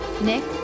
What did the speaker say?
Nick